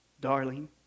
Darling